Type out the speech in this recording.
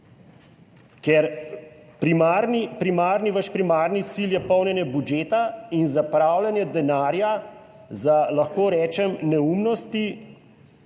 ker primarni, vaš primarni cilj je polnjenje budžeta in zapravljanje denarja za, lahko rečem, neumnosti